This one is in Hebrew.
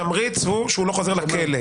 התמריץ הוא שהוא לא חוזר לכלא.